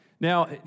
Now